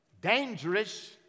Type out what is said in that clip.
dangerous